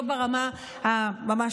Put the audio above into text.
לא ברמה הכספית,